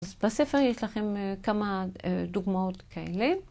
בספר יש לכם כמה דוגמאות כאלה.